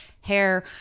hair